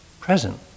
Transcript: present